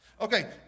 Okay